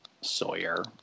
Sawyer